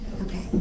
Okay